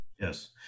Yes